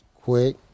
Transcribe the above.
Quick